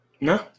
No